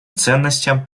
ценностям